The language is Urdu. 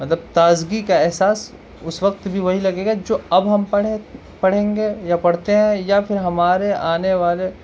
مطلب تازگی کا احساس اس وقت بھی وہی لگے گا جو اب ہم پڑھیں پڑھیں گے یا پڑھتے آئے ہیں یا پھر ہمارے آنے والے